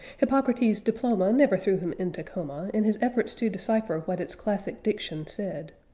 hippocrates' diploma never threw him into coma in his efforts to decipher what its classic diction said,